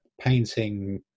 painting